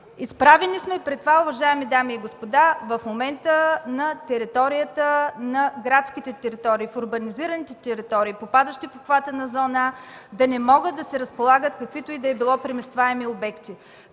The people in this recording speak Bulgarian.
изправени в момента? Уважаеми дами и господа, в момента сме изправени пред това на градските територии, в урбанизираните територии, попадащи в обхвата на зона „А”, да не могат да се разполагат каквито и да било преместваеми обекти.